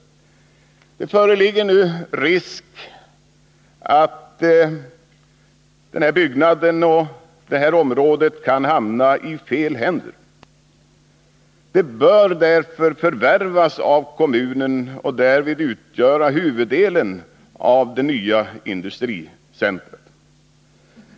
Det föreligger nu risk för att byggnaden och området skall hamna i fel händer. Området bör därför förvärvas av kommunen och utgöra huvuddelen av det nya industricentrumet.